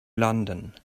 london